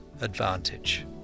advantage